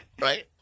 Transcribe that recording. right